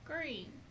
green